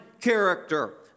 character